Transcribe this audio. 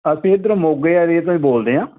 ਅਸੀਂ ਇਧਰ ਮੋਗੇ ਆਲੀ ਤੋਂ ਈ ਬੋਲਦੇ ਆਂ